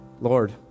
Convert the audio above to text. Lord